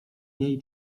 niej